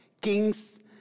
Kings